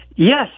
Yes